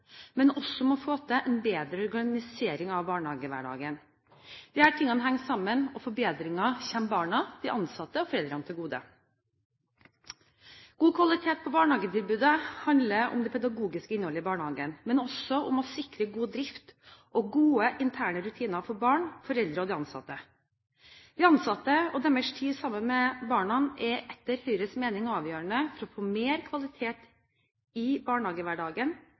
men også om å få til en bedre organisering av barnehagehverdagen. Disse tingene henger sammen, og forbedringer kommer barna, de ansatte og foreldrene til gode. God kvalitet på barnehagetilbudet handler om det pedagogiske innholdet i barnehagen, men også om å sikre god drift og gode interne rutiner for barna, foreldrene og de ansatte. De ansatte og deres tid sammen med barna er etter Høyres mening avgjørende for å få mer kvalitet i barnehagehverdagen.